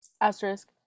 asterisk